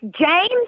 James